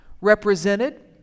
represented